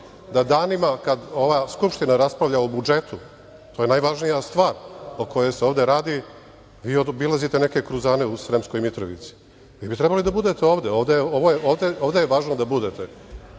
Danima kada ova Skupština raspravlja o budžetu, to je najvažnija stvar o kojoj se ovde radi, vi obilazite neke kruzane u Sremskoj Mitrovici. Vi bi trebali da budete ovde, ovde je važno da budete.